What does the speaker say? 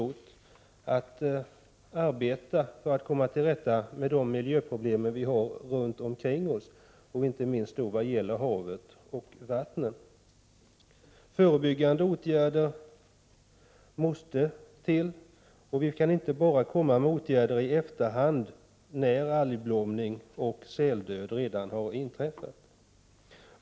åt med att arbeta för att komma till rätta med de miljöproblem vi har runt omkring oss, inte minst vad gäller havet och vattnen. Det måste till förebyggande åtgärder, och vi kan inte bara sätta in åtgärder i efterhand när algblomning och säldöd redan har inträffat.